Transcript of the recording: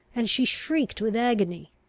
and she shrieked with agony,